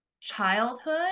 childhood